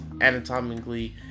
anatomically